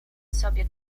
sobie